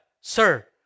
sir